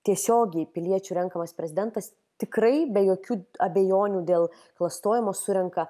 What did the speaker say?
tiesiogiai piliečių renkamas prezidentas tikrai be jokių abejonių dėl klastojimo surenka